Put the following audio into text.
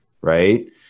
right